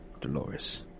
Dolores